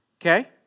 Okay